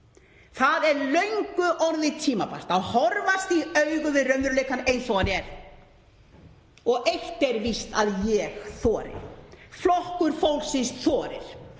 Það er löngu orðið tímabært að horfast í augu við raunveruleikann eins og hann er. Og eitt er víst að ég þori, Flokkur fólksins þorir